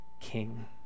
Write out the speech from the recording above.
king